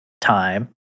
time